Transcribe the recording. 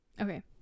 okay